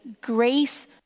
grace